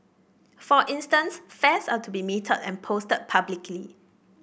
for instance fares are to be metered and posted publicly